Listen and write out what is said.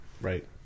Right